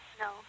No